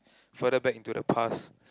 further back into the past